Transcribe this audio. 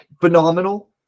phenomenal